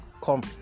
come